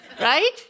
Right